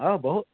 बहु